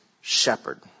shepherd